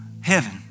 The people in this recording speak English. heaven